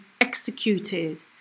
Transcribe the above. executed